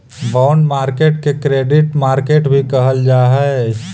bond market के credit market भी कहल जा हइ